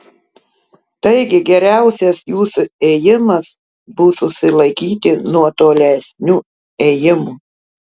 taigi geriausias jūsų ėjimas bus susilaikyti nuo tolesnių ėjimų